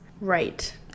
right